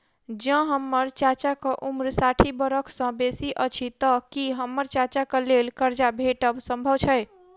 जँ हम्मर चाचाक उम्र साठि बरख सँ बेसी अछि तऽ की हम्मर चाचाक लेल करजा भेटब संभव छै?